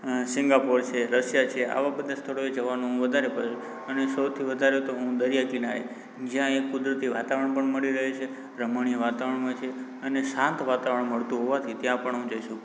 અં Singapore છે Russia છે આવાં બધાં સ્થળોએ જવાનું હું વધારે પસંદ અને સૌથી વધારે તો હું દરિયા કિનારે જ્યાં એક કુદરતી વાતાવરણ પણ મળી રહે છે રમણીય વાતાવરણ હોય છે અને શાંત વાતાવરણ મળતું હોવાથી ત્યાં પણ હું જઈ શકું